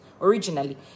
originally